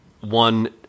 one